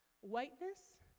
whiteness